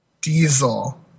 Diesel